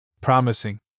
Promising